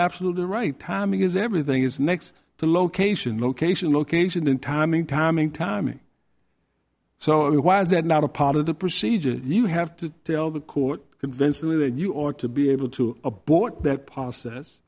absolutely right timing is everything is next to location location location and timing timing timing so why is that not a part of the procedure you have to tell the court convincingly when you ought to be able to abort that p